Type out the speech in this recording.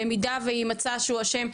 במידה ויימצא שהוא אשם,